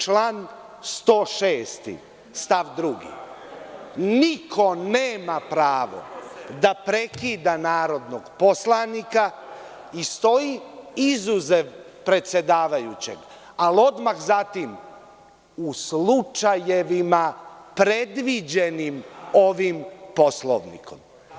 Član 106. stav 2. - niko nema pravo da prekida narodnog poslanika i stoji – izuzev predsedavajućeg, ali odmah zatim – u slučajevima predviđenim ovim Poslovnikom.